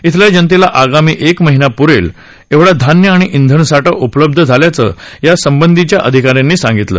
इथल्या जनतेला आगामी एक महिना प्रेल एवढा धान्य आणि इंधन साठा उपलब्ध झाल्याचं यासंबंधीच्या अधिकाऱ्यांनी सांगितलं